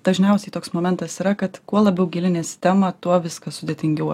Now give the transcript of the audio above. dažniausiai toks momentas yra kad kuo labiau gilinies į temą tuo viskas sudėtingiau